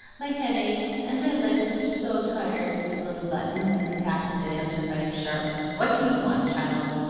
my head aches, and my legs are so tired, said little button, when her tap had been answered by a sharp what do you want, child?